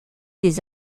des